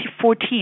2014